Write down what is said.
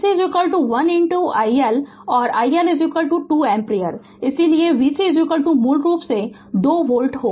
तो vC 1 i L और i L 2 ampere इसलिए v C मूल रूप से 2 वोल्ट होगा